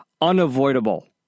unavoidable